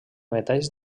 metalls